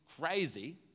crazy